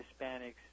Hispanics